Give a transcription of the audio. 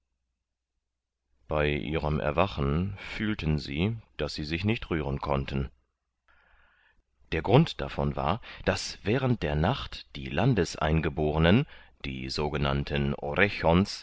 bei ihrem erwachen fühlten sie daß sie sich nicht rühren konnten der grund davon war daß während der nacht die landeseingebornen die sogenannten